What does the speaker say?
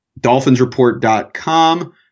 DolphinsReport.com